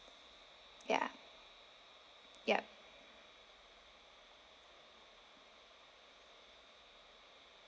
ya yup